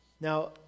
Now